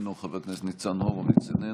איננו,